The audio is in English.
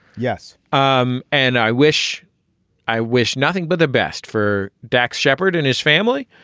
yes. um and i wish i wish nothing but the best for dax shepard and his family.